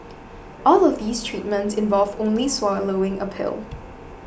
all of these treatments involve only swallowing a pill